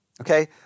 Okay